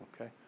okay